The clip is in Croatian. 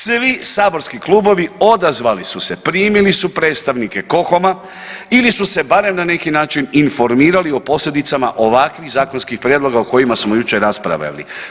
Svi saborski klubovi odazvali su se, primili su predstavnike KoHOM-a ili su se barem na neki način informirali o posljedicama ovakvih zakonskih prijedloga o kojima smo jučer raspravljali.